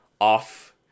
off